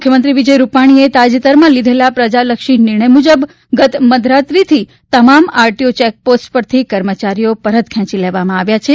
મુખ્યમંત્રી વિજય રૂપાણીએ તાજેતરમાં લીઘેલા પ્રજાલક્ષી નિર્ણય મુજબ ગત રાત્રીથી તમામ આરટીઓ ચેક પોસ્ટ પરથી કર્મચારીઓ પરત ખેંચી લેવામાં આવ્યા છે